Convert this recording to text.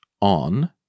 on